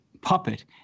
puppet